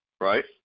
right